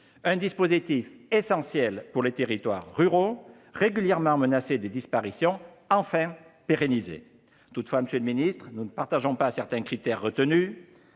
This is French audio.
Ce dispositif essentiel pour les territoires ruraux était régulièrement menacé de disparition ; il est enfin pérennisé. Toutefois, monsieur le ministre, nous n’approuvons pas certains des critères qui